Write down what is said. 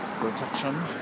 protection